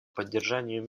поддержанию